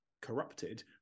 corrupted